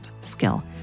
skill